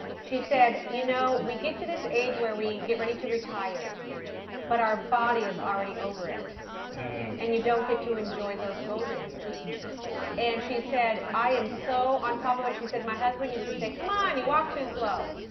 she said, you know, we get to this age where we get ready to retire but our body is already over it and you don't get to enjoy those golden years. true story. and she said, i am so on top of it. my husband used to say, come on, you walk too slow.